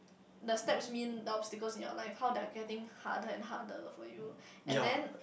the steps mean the obstacles in your life how they're getting harder and harder for you and then